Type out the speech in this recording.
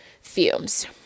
fumes